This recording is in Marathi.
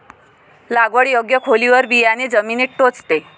लागवड योग्य खोलीवर बियाणे जमिनीत टोचते